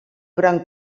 gran